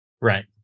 Right